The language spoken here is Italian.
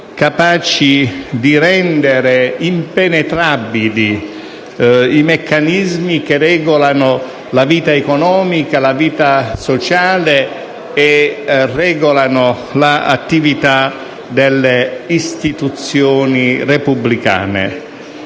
capaci di rendere impenetrabili i meccanismi che regolano la vita economica, sociale e le attività delle istituzioni repubblicane.